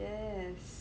yes